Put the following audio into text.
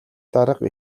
дарга